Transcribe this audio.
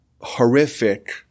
horrific